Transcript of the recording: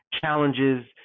challenges